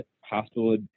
hospital